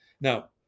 now